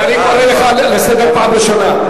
אני קורא אותך לסדר פעם ראשונה.